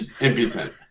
impotent